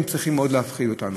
הן צריכות מאוד להפחיד אותנו.